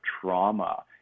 trauma